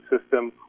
system